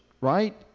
right